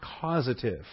causative